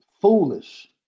foolish